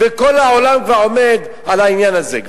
וכל העולם כבר עומד על העניין הזה.